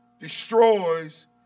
destroys